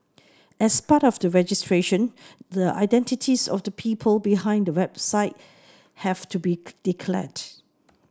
as part of the registration the identities of the people behind the website have to be declared